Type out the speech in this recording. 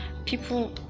people